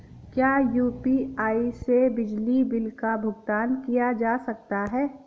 क्या यू.पी.आई से बिजली बिल का भुगतान किया जा सकता है?